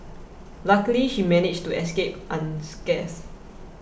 luckily she managed to escape unscathed